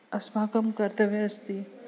अस्माकं कर्तव्यम् अस्ति